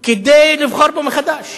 כדי לבחור בו מחדש